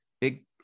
Big